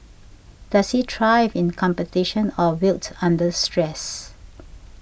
does he thrive in competition or wilt under stress